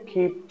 Keep